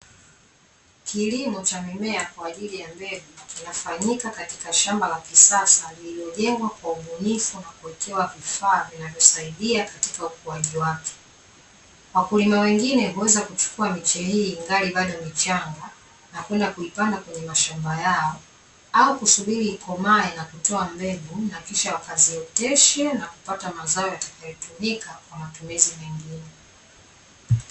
Kilimo cha mimea kwa ajili ya mbegu kinafanyika katika shamba la kisasa lililojengwa kwa ubunifu na kuwekewa vifaa vinavyosaidia katika ukuaji wake. Wakulima wengine huweza kuchukua miche hii ingali bado michanga na kwenda kuipanda kwenye mashamba yao, au kusubiri ikomae na kutoa mbegu na kisha wakazioteshe na kupata mazao yatakayotumika kwa matumizi mengine.